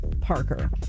Parker